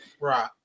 Right